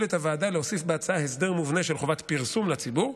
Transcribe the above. את הוועדה להוסיף בהצעה הסדר מובנה של חובת פרסום לציבור,